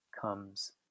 comes